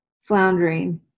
floundering